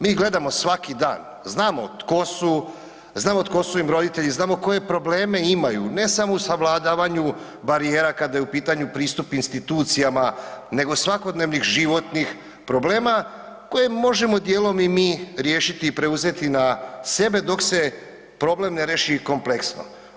Mi ih gledamo svaki dan, znamo tko su, znamo tko su im roditelji, znamo koje probleme imaju ne samo u savladavanju barijera kada je u pitanju pristup institucijama nego svakodnevnih životnih problema koje možemo dijelom i mi riješiti i preuzeti na sebe dok se problem ne riješi kompleksno.